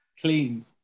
Clean